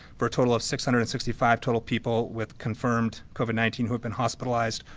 for a total of six hundred and sixty five total people with confirmed covid nineteen who have been hospitalized.